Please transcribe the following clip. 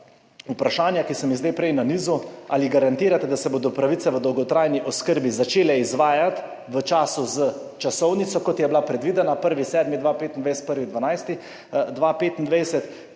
vprašanja, ki sem jih zdaj prej nanizal, ali garantirate, da se bodo pravice v dolgotrajni oskrbi začele izvajati v času s časovnico kot je bila predvidena, 1. 7. 2025, 1. 12. 2025.